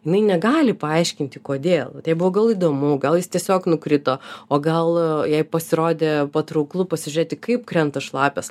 jinai negali paaiškinti kodėl vat jai buvo gal įdomu gal jis tiesiog nukrito o gal jai pasirodė patrauklu pasižiūrėti kaip krenta šlapias